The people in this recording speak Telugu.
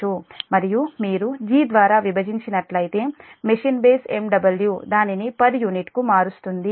మరియు మీరు G ద్వారా విభజించి నట్లయితే మెషిన్ బేస్ MW దానిని పర్ యూనిట్కు మారుస్తుంది